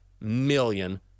million